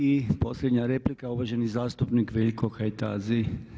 I posljednja replika uvaženi zastupnik Veljko Kajtazi.